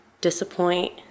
disappoint